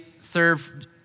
serve